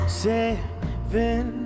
seven